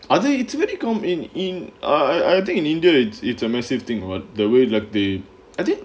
I think it's very common in in I I think in india it's it's a massive thing about the way like the added